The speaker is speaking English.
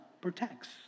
protects